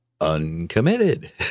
uncommitted